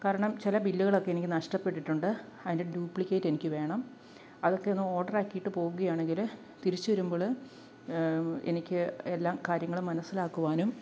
കാരണം ചില ബില്ലുകളൊക്കെ എനിക്ക് നഷ്ടപ്പെട്ടിട്ടുണ്ട് അതിൻ്റെ ഡ്യൂപ്ലിക്കേറ്റ് എനിക്ക് വേണം അതൊക്കെയൊന്ന് ഓർഡറാക്കിയിട്ട് പോവുകയാണെങ്കില് തിരിച്ചുവരുമ്പോള് എനിക്ക് എല്ലാ കാര്യങ്ങളും മനസ്സിലാക്കുവാനും